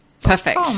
perfect